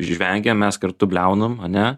žvengiam mes kartu bliaunam ane